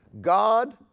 God